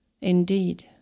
Indeed